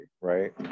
right